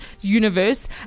universe